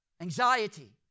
anxiety